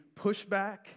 pushback